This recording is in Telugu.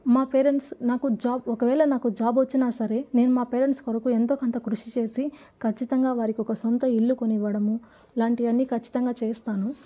మా పేరెంట్స్ నాకు జాబ్ ఒకవేళ నాకు జాబ్ వచ్చినా సరే నేను మా పేరెంట్స్ కొరకు ఎంతో కొంత కృషి చేసి ఖచ్చితంగా వారికి ఒక సొంత ఇల్లు కొనివ్వడము ఇలాంటివన్నీ ఖచ్చితంగా చేస్తాను